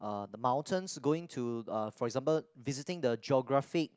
uh the mountains going to for example visiting the geographic